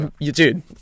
Dude